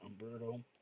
Umberto